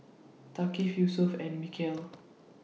Thaqif Yusuf and Mikhail